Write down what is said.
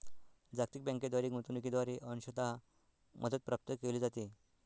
जागतिक बँकेद्वारे गुंतवणूकीद्वारे अंशतः मदत प्राप्त केली जाते